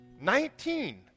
Nineteen